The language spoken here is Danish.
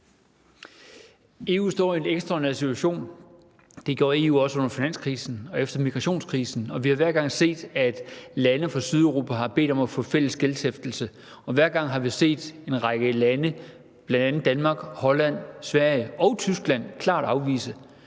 EU står i en ekstraordinær situation. Det gjorde EU også under finanskrisen og efter migrationskrisen. Vi har hver gang set, at lande fra Sydeuropa har bedt om at få fælles gældshæftelse, og hver gang har vi set en række lande, bl.a. Danmark, Holland, Sverige og Tyskland, klart afvise